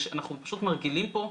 אנחנו פשוט מרגילים פה,